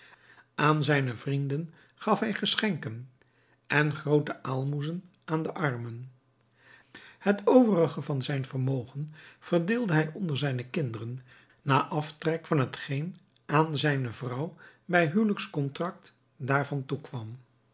aan zijne vrienden gaf hij geschenken en groote aalmoezen aan de armen het overige van zijn vermogen verdeelde hij onder zijne kinderen na aftrek van hetgeen aan zijne vrouw bij huwelijkscontrakt daarvan toekwam